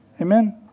Amen